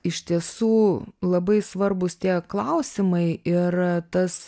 iš tiesų labai svarbūs tie klausimai ir tas